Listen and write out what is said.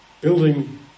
building